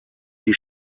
die